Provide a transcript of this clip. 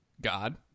God